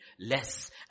less